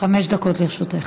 חמש דקות לרשותך.